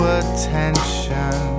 attention